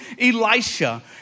Elisha